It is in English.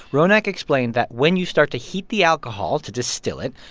ronak explained that when you start to heat the alcohol to distill it,